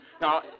Now